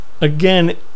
again